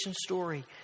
story